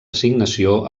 assignació